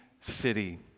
city